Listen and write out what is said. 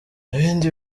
ibindi